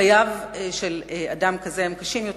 חייו של אדם כזה קשים יותר.